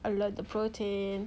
I like the protein